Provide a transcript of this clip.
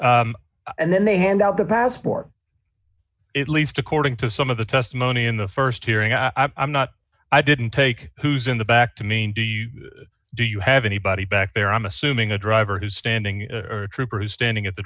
right and then they hand out the passport at least according to some of the testimony in the st hearing i'm not i didn't take who's in the back to mean do you do you have anybody back there i'm assuming a driver who's standing trooper who's standing at the